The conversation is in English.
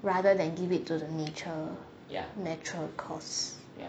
rather than give it to the nature natural course